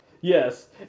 yes